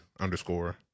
underscore